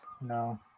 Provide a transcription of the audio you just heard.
No